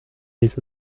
des